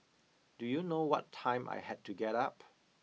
do you know what time I had to get up